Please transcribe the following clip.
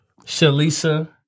Shalisa